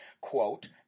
quote